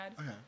Okay